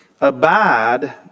Abide